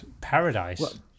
paradise